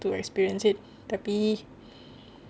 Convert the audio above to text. to experience it tapi